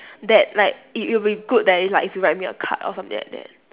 that like it it would be good than if like if you write me a card or something like that